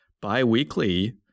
bi-weekly